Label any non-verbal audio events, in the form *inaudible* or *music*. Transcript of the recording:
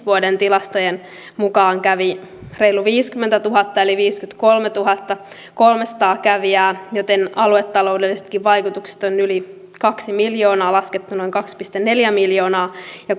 vuoden kaksituhattaviisitoista tilastojen *unintelligible* mukaan kävi reilu viisikymmentätuhatta eli viisikymmentäkolmetuhattakolmesataa kävijää joten aluetaloudellisiksikin vaikutuksiksi on laskettu yli *unintelligible* kaksi miljoonaa noin kaksi pilkku neljä miljoonaa ja *unintelligible*